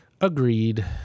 Agreed